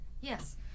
yes